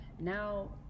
Now